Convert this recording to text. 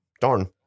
Darn